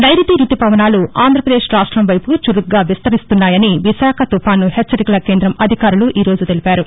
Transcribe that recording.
నైరుతి రుతుపవనాలు ఆంధ్రప్రదేశ్ రాష్టం వైపు చురుకుగా విస్తరిస్తున్నాయని విశాఖ తుఫాను హెచ్చరికల కేందం అధికారులు ఈ రోజు తెలిపారు